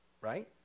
Right